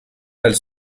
elle